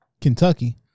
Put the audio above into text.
Kentucky